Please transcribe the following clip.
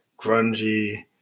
grungy